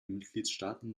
mitgliedstaaten